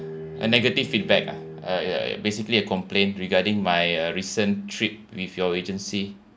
a negative feedback uh uh basically a complaint regarding my uh recent trip with your agency